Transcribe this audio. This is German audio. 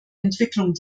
entwicklung